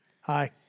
Hi